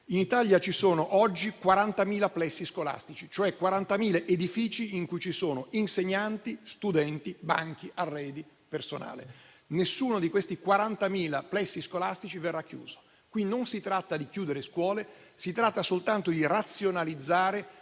in Italia ci sono 40.000 plessi scolastici, cioè 40.000 edifici in cui ci sono insegnanti, studenti, banchi, arredi, personale; nessuno di questi 40.000 plessi scolastici verrà chiuso. Qui non si tratta di chiudere scuole, ma soltanto di razionalizzare